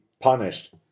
punished